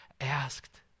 asked